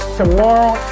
tomorrow